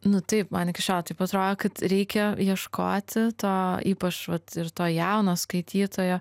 nu taip man iki šiol taip atrodo kad reikia ieškoti to ypač vat ir to jauno skaitytojo